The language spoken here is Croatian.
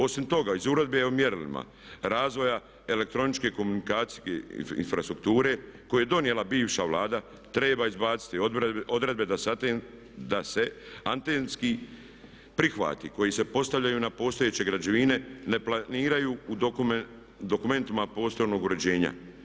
Osim toga iz Uredbe o mjerilima razvoja elektroničke komunikacijske infrastrukture koju je donijela bivša Vlada treba izbaciti odredbe da se antenski prihvati koji se postavljaju na postojeće građevine ne planiraju u dokumentima poslovnog uređenja.